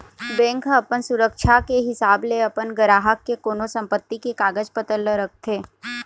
bank ह अपन सुरक्छा के हिसाब ले अपन गराहक के कोनो संपत्ति के कागज पतर ल रखथे